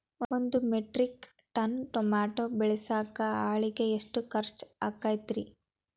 ಒಂದು metric ton tomato ಬೆಳಸಾಕ್ ಆಳಿಗೆ ಎಷ್ಟು ಖರ್ಚ್ ಆಕ್ಕೇತ್ರಿ?